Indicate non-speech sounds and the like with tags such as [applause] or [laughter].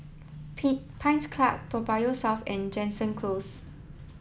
[unintelligible] Pines Club Toa Payoh South and Jansen Close